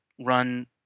run